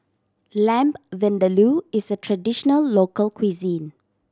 Lamb Vindaloo is a traditional local cuisine